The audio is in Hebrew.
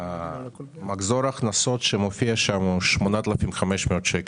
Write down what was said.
מחזור ההכנסות שמופיע הוא 8,500 שקל.